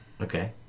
Okay